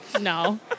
No